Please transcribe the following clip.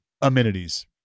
amenities